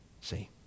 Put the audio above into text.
See